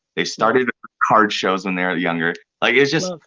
they started car shows when they were younger. like it's just